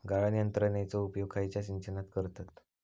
गाळण यंत्रनेचो उपयोग खयच्या सिंचनात करतत?